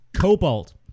cobalt